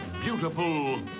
beautiful